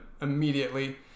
immediately